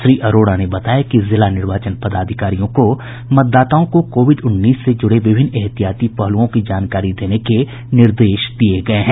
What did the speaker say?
श्री अरोड़ा ने बताया कि जिला निर्वाचन पदाधिकारियों को मतदाताओं को कोविड उन्नीस से जुड़े विभिन्न एहतियाती पहलुओं की जानकारी देने के निर्देश दिये गये हैं